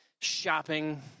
shopping